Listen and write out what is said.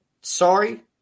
sorry